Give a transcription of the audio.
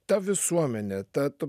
ta visuomenė ta to